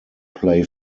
play